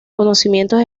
conocimientos